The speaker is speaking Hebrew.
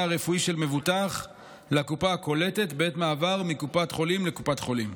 הרפואי של מבוטח לקופה הקולטת בעת מעבר מקופת חולים לקופת חולים.